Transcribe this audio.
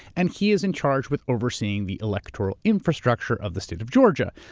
and he is in charge with overseeing the electoral infrastructure of the state of georgia.